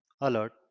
alert